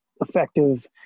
effective